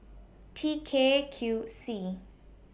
T K Q C